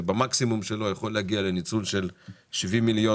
שבמקסימום שלו יכול להגיע לניצול של 70 מיליון